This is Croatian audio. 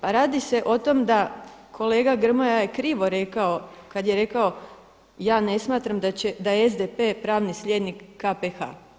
Pa radi se o tom da kolega Grmoja je krivo rekao kad je rekao – ja ne smatram da je SDP pravni slijednik KPH.